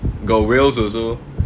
got whales also